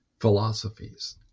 philosophies